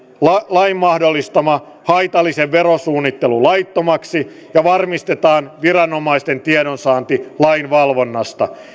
lain mahdollistama haitallinen verosuunnittelu laittomaksi ja varmistetaan viranomaisten tiedonsaanti lain valvonnasta